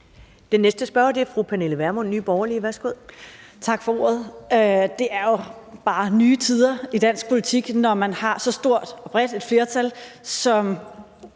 Den næste spørger er fru Pernille Vermund, Nye Borgerlige. Værsgo. Kl. 11:06 Pernille Vermund (NB): Tak for ordet. Det er jo bare nye tider i dansk politik, når der er så stort og bredt et flertal, som